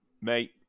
mate